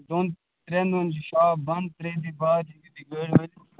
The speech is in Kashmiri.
دۄن ترٛٮ۪ن دۄہَن چھِ شاپ بنٛد ترٛیٚیہِ دۄہۍ بعد ہیٚکِو تُہۍ گٲڑۍ ترٛٲوِتھ